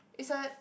is a